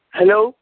hello